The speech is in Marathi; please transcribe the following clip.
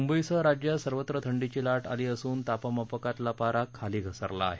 मुंबई सह राज्यात सर्वत्र थंडीची लाट आली असून तापमापकातला पारा खाली घसरला आहे